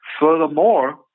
Furthermore